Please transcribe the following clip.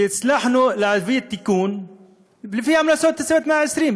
הצלחנו להביא תיקון לפי המלצות צוות 120,